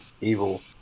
evil